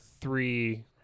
three